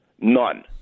None